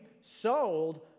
sold